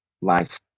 life